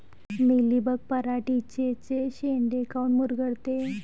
Mealybug पराटीचे चे शेंडे काऊन मुरगळते?